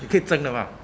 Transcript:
可以整的吗